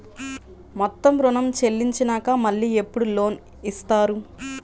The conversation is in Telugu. మొత్తం ఋణం చెల్లించినాక మళ్ళీ ఎప్పుడు లోన్ ఇస్తారు?